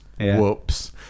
Whoops